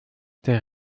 der